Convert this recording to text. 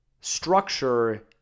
structure